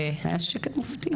היה שקט מופתי.